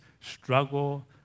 struggle